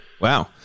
wow